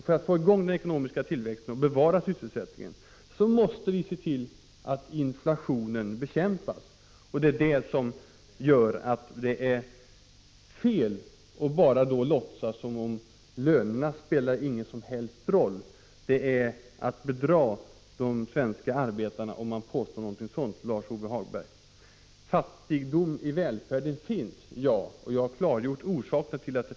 För att få i gång den ekonomiska tillväxten och bevara sysselsättningen måste inflationen bekäm — Prot. 1985/86:52 pas. Därför är det fel att låtsas att lönerna inte spelar någon som helst roll. 16 december 1985 Det är att bedra de svenska arbetarna att påstå något sådant, LarssOve = Ga Hagberg. Om lönepolitiken gberg Fattigdom i välfärden finns, och jag har klargjort orsakerna.